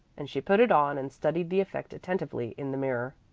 and she put it on and studied the effect attentively in the mirror.